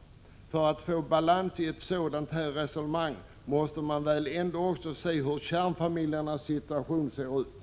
Men för att få balans i ett sådant resonemang måste man väl ändå se hur kärnfamiljernas situation ser ut.